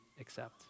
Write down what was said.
accept